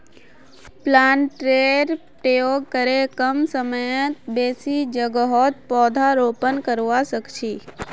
प्लांटरेर प्रयोग करे कम समयत बेसी जोगहत पौधरोपण करवा सख छी